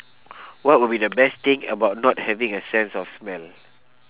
what would be the best thing about not having a sense of smell